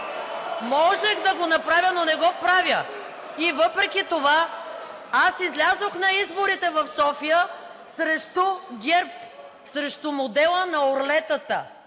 Можех да го направя, но не го правя! Въпреки това аз излязох на изборите в София срещу ГЕРБ, срещу модела на орлетата.